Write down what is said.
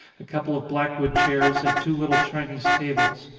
a couple of black wood chairs and two little chinese tables.